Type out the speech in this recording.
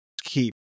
keep